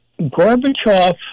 Gorbachev